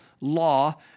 law